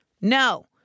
no